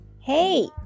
Hey